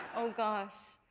oh gosh.